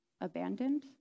abandoned